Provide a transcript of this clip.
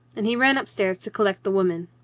and he ran up-stairs to collect the women.